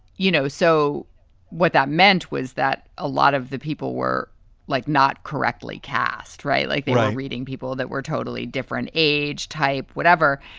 you know, so what that meant was that a lot of the people were like not correctly cast. right. like reading people that were totally different age type, whatever.